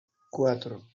cuatro